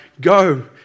Go